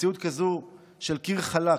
מציאות כזאת של "קיר חלק"